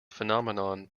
phenomenon